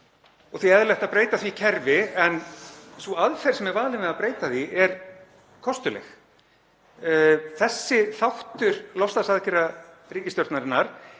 og því eðlilegt að breyta því kerfi. En sú aðferð sem er valin við að breyta því er kostuleg. Þessi þáttur loftslagsaðgerða ríkisstjórnarinnar